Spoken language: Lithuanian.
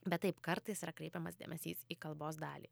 bet taip kartais yra kreipiamas dėmesys į kalbos dalį